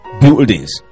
buildings